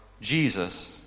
Jesus